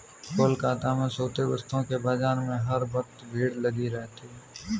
कोलकाता में सूती वस्त्रों के बाजार में हर वक्त भीड़ लगी रहती है